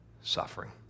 suffering